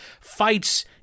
fights